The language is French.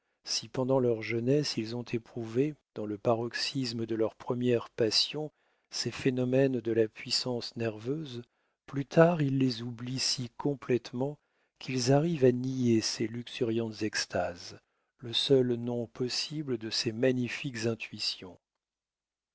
si pendant leur jeunesse ils ont éprouvé dans le paroxysme de leurs premières passions ces phénomènes de la puissance nerveuse plus tard ils les oublient si complétement qu'ils arrivent à nier ces luxuriantes extases le seul nom possible de ces magnifiques intuitions